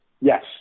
Yes